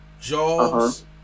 Jaws